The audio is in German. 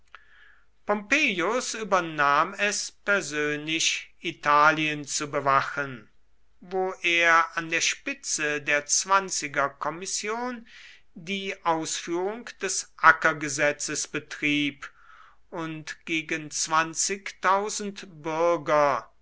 übernahm es persönlich italien zu bewachen wo er an der spitze der zwanzigerkommission die ausführung des ackergesetzes betrieb und gegen bürger